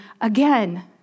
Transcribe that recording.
again